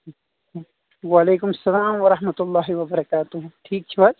وعَلَيكُم اَسلام وَرَحمَةُ اللهِ وَبركاتُهُ ٹھیٖک چھُو حظ